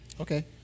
Okay